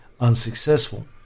unsuccessful